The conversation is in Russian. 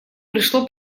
пришло